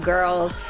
Girls